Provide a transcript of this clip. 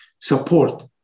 support